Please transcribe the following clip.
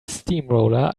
steamroller